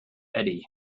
eddie